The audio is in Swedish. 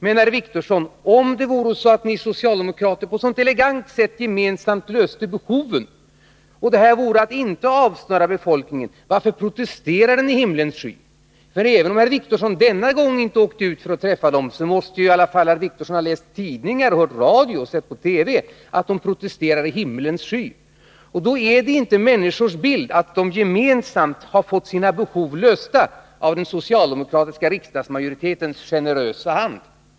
Men herr Wictorsson, om det vore så att ni socialdemokrater på ett så elegant sätt gemensamt uppfyllde behoven och det här inte innebar att avsnöra befolkningen, varför protesterar då denna i himmelens sky? Även om herr Wictorsson inte åkte ut till skärgården den här gången för att träffa befolkningen där, måste väl herr Wictorsson i alla fall ha läst tidningar, hört på radio eller sett på TV att man där protesterar i himmelens sky. Den bild som människorna har av detta är inte att de gemensamt har fått sina behov tillgodosedda tack vare den socialdemokratiska riksdagsmajoritetens generösa hand.